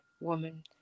woman